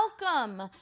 welcome